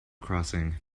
crossing